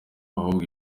ahubwo